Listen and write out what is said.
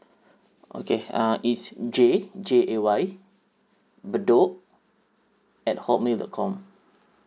okay uh it's jay J A Y bedok at hot mail dot com